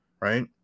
right